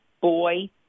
Boy